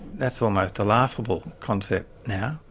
that's almost a laughable concept now.